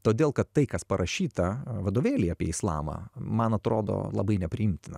todėl kad tai kas parašyta vadovėlyje apie islamą man atrodo labai nepriimtina